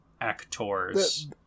actors